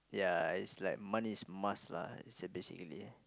ya it's like money is a must lah it's a basically